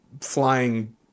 flying